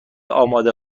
آماده